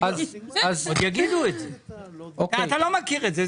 אתה לא מכיר את זה,